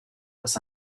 was